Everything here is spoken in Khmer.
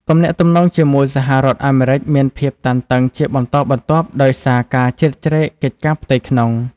ទំនាក់ទំនងជាមួយសហរដ្ឋអាមេរិកមានភាពតានតឹងជាបន្តបន្ទាប់ដោយសារការជ្រៀតជ្រែកកិច្ចការផ្ទៃក្នុង។